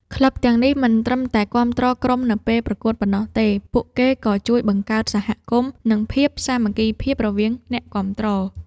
ក្លឹបទាំងនេះមិនត្រឹមតែគាំទ្រក្រុមនៅពេលប្រកួតប៉ុណ្ណោះទេ ពួកគេក៏ជួយបង្កើតសហគមន៍ និងភាពសាមគ្គីភាពរវាងអ្នកគាំទ្រ។